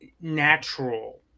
natural